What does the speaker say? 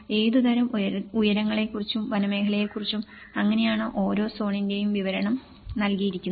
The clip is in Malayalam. ഏതുതരം ഉയരങ്ങളെക്കുറിച്ചും വനമേഖലയെക്കുറിച്ചും അങ്ങനെയാണ് ഓരോ സോണിന്റെയും വിവരണം നൽകിയിരിക്കുന്നത്